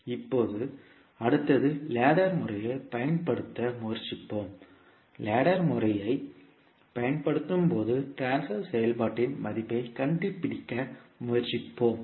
இப்போது அடுத்தது லேடர் முறையைப் பயன்படுத்த முயற்சிப்போம் லேடர் முறையைப் பயன்படுத்தும்போது ட்ரான்ஸ்பர் செயல்பாட்டின் மதிப்பைக் கண்டுபிடிக்க முயற்சிப்போம்